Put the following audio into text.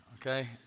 okay